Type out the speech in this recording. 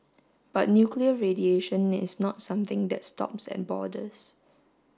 but nuclear radiation is not something that stops at borders